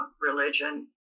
religion